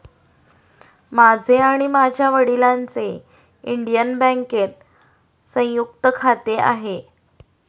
माझे आणि माझ्या वडिलांचे इंडियन बँकेत संयुक्त खाते आहे